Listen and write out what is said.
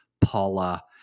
Paula